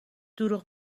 دروغ